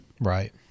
Right